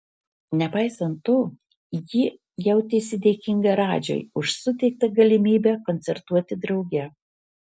nepaisant to ji jautėsi dėkinga radžiui už suteikta galimybę koncertuoti drauge